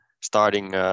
starting